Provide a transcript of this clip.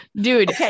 Dude